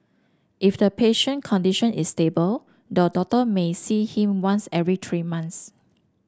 if the patient condition is stable the doctor may see him once every three months